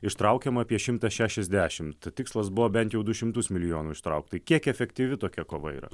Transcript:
ištraukiama apie šimtą šešiasdešimt tikslas buvo bent jau du šimtus milijonų ištraukt tai kiek efektyvi tokia kova yra